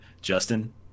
Justin